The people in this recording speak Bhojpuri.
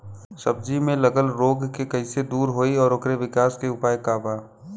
सब्जी में लगल रोग के कइसे दूर होयी और ओकरे विकास के उपाय का बा?